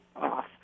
off